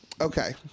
Okay